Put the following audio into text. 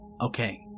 okay